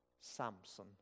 Samson